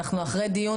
אנחנו אחרי דיון